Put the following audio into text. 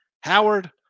Howard